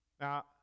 Now